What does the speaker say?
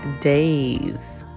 Days